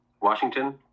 Washington